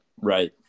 right